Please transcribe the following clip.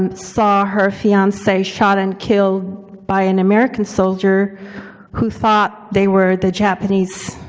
um saw her fiancee shot and killed by an american soldier who thought they were the japanese